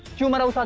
tomorrow.